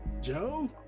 Joe